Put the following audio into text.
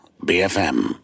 BFM